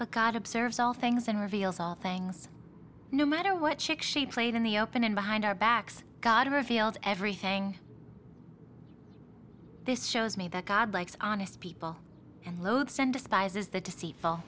but god observes all things and reveals all things no matter what chick she played in the open and behind our backs god revealed everything this shows me that god likes honest people and loadstone despises the deceitful